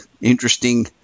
interesting